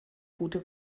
gute